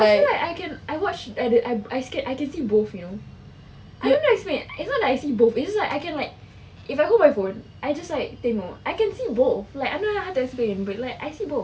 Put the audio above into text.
right I can I watched I I I scared I can see both you know I don't know how to explain is not I see both it's just like I can like if I hold my phone I just like tengok I can see both like I don't know how to explain but like I see both